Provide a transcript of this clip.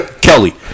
Kelly